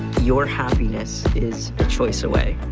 your happiness is a choice away.